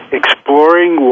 exploring